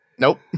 nope